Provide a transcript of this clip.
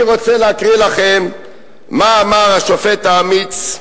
אני רוצה להקריא לכם מה אמר השופט האמיץ,